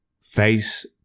Face